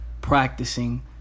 practicing